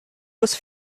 was